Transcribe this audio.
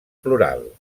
plural